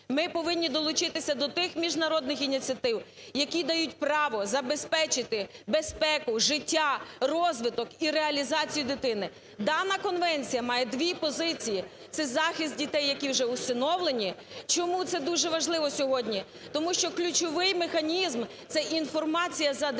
ми повинні долучитися до тих міжнародних ініціатив, які дають право забезпечити безпеку, життя, розвиток і реалізацію дитини. Дана конвенція має дві позиції, це захист дітей, які вже усиновлені. Чому це дуже важливо сьогодні? Тому що ключовий механізм - це інформація за дитиною,